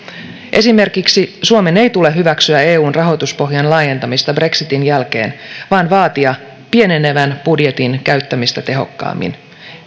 esimerkiksi suomen ei tule hyväksyä eun rahoituspohjan laajentamista brexitin jälkeen vaan vaatia pienenevän budjetin käyttämistä tehokkaammin